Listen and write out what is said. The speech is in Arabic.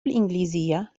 الإنجليزية